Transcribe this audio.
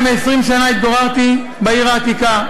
למעלה מ-20 שנה התגוררתי בעיר העתיקה,